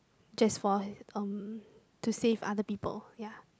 just for um to save other people ya